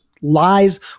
lies